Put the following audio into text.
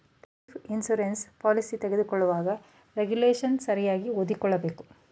life insurance policy ತಗೊಳ್ಳುವಾಗ regulation ಸರಿಯಾಗಿ ಓದಿಕೊಳ್ಳಬೇಕು